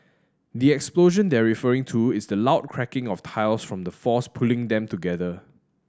the explosion they're referring to is the loud cracking of tiles from the force pulling them together